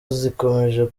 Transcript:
zikomeje